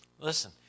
listen